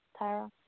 Tyra